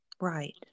Right